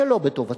שלא בטובתו.